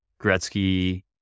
Gretzky